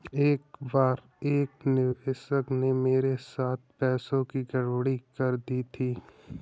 एक बार एक निवेशक ने मेरे साथ पैसों की गड़बड़ी कर दी थी